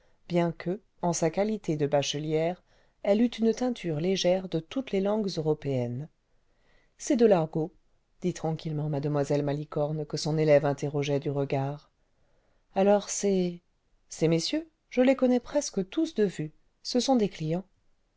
bien que en sa qualité de bachelière elle eût une teinture légère de toutes les langues européennes ce c'est de l'argot dit tranquillement mlle malicorne que son élève interrogeait du regard alors ces ces messieurs je les connais presque tous de vue ce sont des clients